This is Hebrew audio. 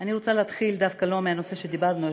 אני רוצה להתחיל דווקא לא מהנושא שדיברנו,